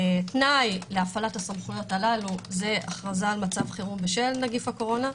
תנאי להפעלת הסמכויות הללו הוא הכרזה על מצב חירום בשל נגיף הקורונה,